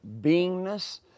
beingness